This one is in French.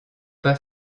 pas